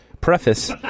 preface